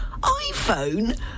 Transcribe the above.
iPhone